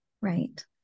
Right